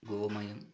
गोमयम्